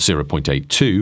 0.82